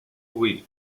bruit